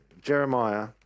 Jeremiah